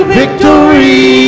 victory